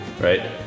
Right